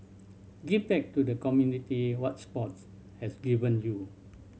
give back to the community what sports has given you